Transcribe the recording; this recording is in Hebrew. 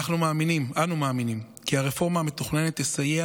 אנו מאמינים כי הרפורמה המתוכננת תסייע